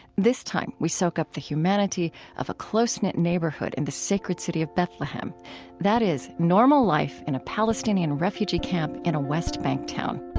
this time, we soak up the humanity of a close-knit neighborhood in the sacred city of bethlehem that is, normal life in a palestinian refugee camp in a west bank town